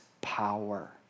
power